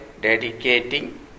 dedicating